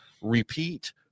repeat